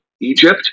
Egypt